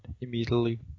immediately